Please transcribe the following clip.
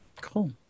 Cool